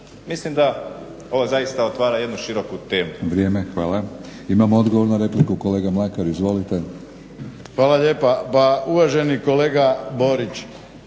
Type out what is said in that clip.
Mislim da ovo zaista otvara jednu široku temu.